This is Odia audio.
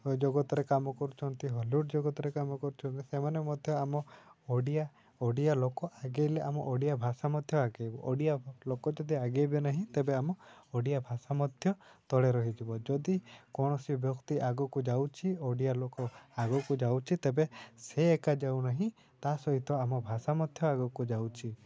ଜଗତରେ କାମ କରୁଛନ୍ତି ହଲିଉଡ଼୍ ଜଗତରେ କାମ କରୁଛନ୍ତି ସେମାନେ ମଧ୍ୟ ଆମ ଓଡ଼ିଆ ଓଡ଼ିଆ ଲୋକ ଆଗେଇଲେ ଆମ ଓଡ଼ିଆ ଭାଷା ମଧ୍ୟ ଆଗେଇବେ ଓଡ଼ିଆ ଲୋକ ଯଦି ଆଗେଇବେ ନାହିଁ ତେବେ ଆମ ଓଡ଼ିଆଭାଷା ମଧ୍ୟ ତଳେ ରହିଯିବ ଯଦି କୌଣସି ବ୍ୟକ୍ତି ଆଗକୁ ଯାଉଛି ଓଡ଼ିଆ ଲୋକ ଆଗକୁ ଯାଉଛି ତେବେ ସେ ଏକା ଯାଉ ନାହିଁ ତା ସହିତ ଆମ ଭାଷା ମଧ୍ୟ ଆଗକୁ ଯାଉଛି